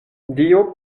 dio